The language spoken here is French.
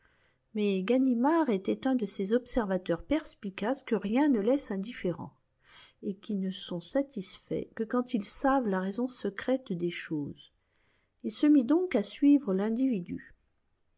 mais ganimard était un de ces observateurs perspicaces que rien ne laisse indifférents et qui ne sont satisfaits que quand ils savent la raison secrète des choses il se mit donc à suivre l'individu